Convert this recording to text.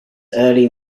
early